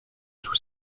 tout